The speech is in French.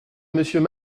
monsieur